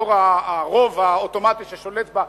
לאור הרוב האוטומטי ששולט בה,